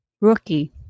rookie